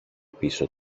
πίσω